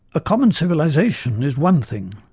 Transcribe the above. a common civilisation is one thing,